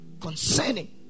concerning